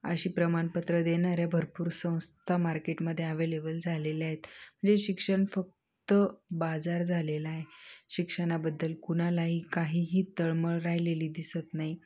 अशी प्रमाणपत्रं देणाऱ्या भरपूर संस्था मार्केटमध्ये ॲवेलेबल झालेले आहेत म्हणजे शिक्षण फक्त बाजार झालेला आहे शिक्षणाबद्दल कुणालाही काहीही तळमळ राहिलेली दिसत नाही